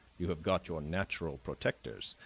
you have got your natural protectors.